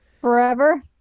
forever